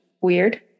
weird